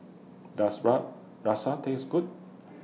Does rub Taste Good